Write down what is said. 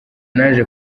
naje